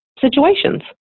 situations